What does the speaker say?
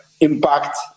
impact